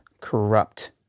corrupt